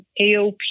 aop